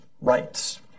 rights